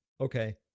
okay